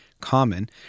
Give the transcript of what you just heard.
common